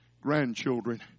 grandchildren